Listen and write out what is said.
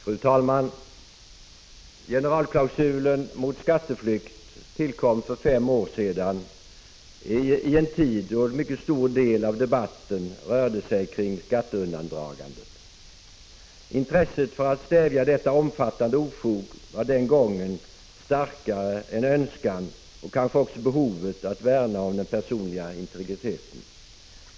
Fru talman! Generalklausulen mot skatteflykt tillkom för fem år sedan i en tid då en mycket stor del av debatten rörde sig kring skatteundandragande. Intresset för att stävja detta omfattande ofog var den gången starkare än önskan och kanske också behovet att värna om den personliga integriteten.